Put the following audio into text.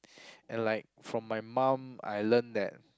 and like from my mum I learn that